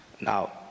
Now